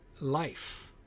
Life